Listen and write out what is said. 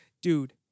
Dude